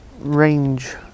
range